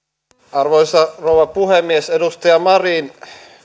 arvoisa rouva puhemies edustaja marin